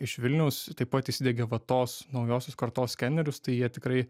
iš vilniaus taip pat įsidiegė vat tos naujosios kartos skenerius tai jie tikrai